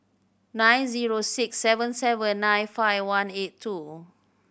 nine zero six seven seven nine five one eight two